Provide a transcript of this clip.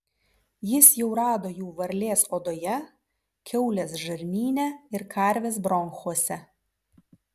jis jau rado jų varlės odoje kiaulės žarnyne ir karvės bronchuose